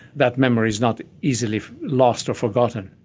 that memory is not easily lost or forgotten.